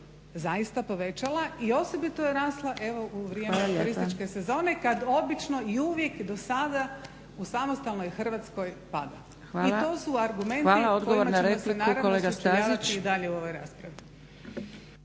zaista povećala i osobito je rasla evo u vrijeme turističke sezone kad obično i uvijek dosada u samostalnoj Hrvatskoj pada. I to su argumenti